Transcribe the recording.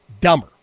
dumber